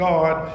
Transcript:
God